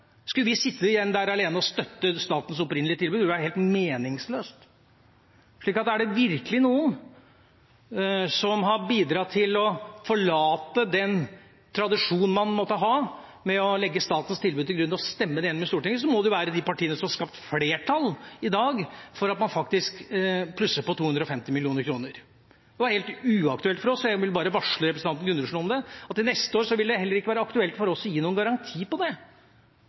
Skulle vi sitte igjen der alene og støtte statens opprinnelig tilbud? Det ville være helt meningsløst. Er det virkelig noen som har bidratt til å forlate den tradisjonen man måtte ha med å legge statens tilbud til grunn og stemme det igjennom i Stortinget, må det jo være de partiene som har skapt flertall i dag for at man faktisk plusser på 250 mill. kr. Det var helt uaktuelt for oss, og jeg vil bare varsle representanten Gundersen om at til neste år vil det heller ikke være aktuelt for oss å gi noen garanti på det.